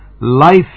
Life